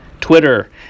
Twitter